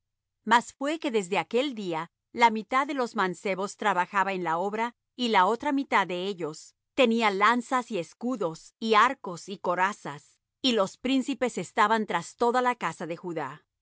mas fué que desde aquel día la mitad de los mancebos trabajaba en la obra y la otra mitad de ellos tenía lanzas y escudos y arcos y corazas y los príncipes estaban tras toda la casa de judá